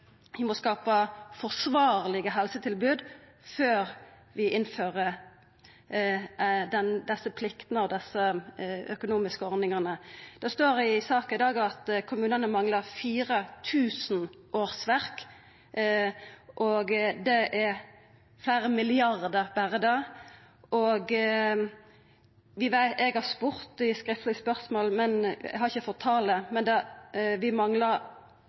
må skapa forsvarlege helsetilbod før vi innfører desse pliktene og desse økonomiske ordningane. Det står i saka i dag at kommunane manglar 4 000 årsverk. Det utgjer fleire milliardar kroner, berre det. Eg har spurt i skriftleg spørsmål – eg har ikkje fått talet, men vi manglar